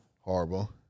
Horrible